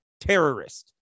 terrorist